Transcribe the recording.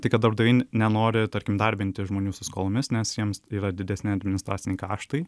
tai kad darbdaviai nenori tarkim darbinti žmonių su skolomis nes jiems yra didesni administraciniai kaštai